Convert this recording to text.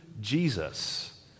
Jesus